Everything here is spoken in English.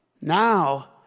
Now